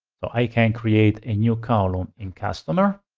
so i can create a new column in customer.